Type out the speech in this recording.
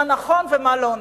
מה נכון ומה לא נכון,